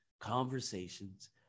conversations